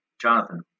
jonathan